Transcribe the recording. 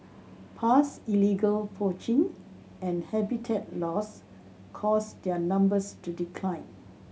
past illegal poaching and habitat loss caused their numbers to decline